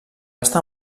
estar